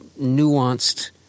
nuanced